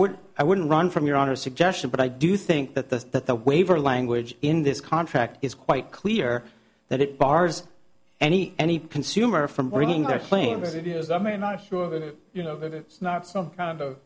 wouldn't i wouldn't run from your honor suggestion but i do think that the that the waiver language in this contract is quite clear that it bars any any consumer from bringing their claims it is i mean i'm sure that you know that it's not some kind of